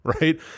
Right